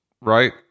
right